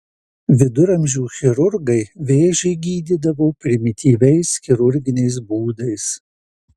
viduramžių chirurgai vėžį gydydavo primityviais chirurginiais būdais